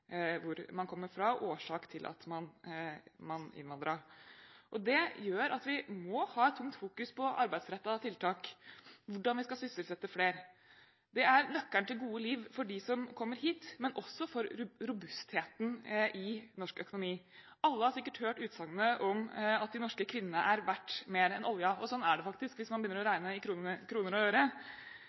hvor man kommer fra, og årsak til at man innvandret. Det gjør at vi må ha et tungt fokus på arbeidsrettede tiltak, hvordan vi skal sysselsette flere. Det er nøkkelen til gode liv for dem som kommer hit, men også for robustheten i norsk økonomi. Alle har sikkert hørt utsagnet om at de norske kvinnene er verdt mer enn oljen. Sånn er det faktisk hvis man begynner å regne i kroner og øre,